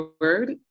word